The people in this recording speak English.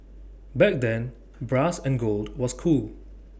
back then brass and gold was cool